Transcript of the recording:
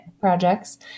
projects